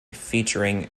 featuring